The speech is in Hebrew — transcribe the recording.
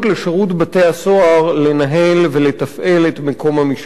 בתי-הסוהר לנהל ולתפעל את מקום המשמורת